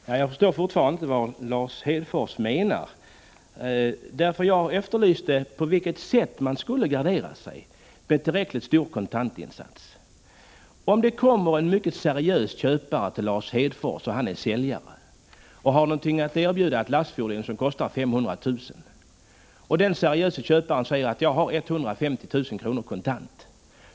Herr talman! Jag förstår fortfarande inte vad Lars Hedfors menar. Jag efterlyser på vilket sätt man skulle gardera sig med tillräckligt stor kontantinsats. Vi antar att det kommer en mycket seriös köpare till Lars Hedfors, som är säljare och har att erbjuda ett lastfordon som kostar 500 000 kr. Den seriöse köparen säger att han har 150 000 kr. kontant.